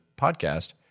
podcast